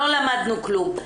לא למדנו כלום.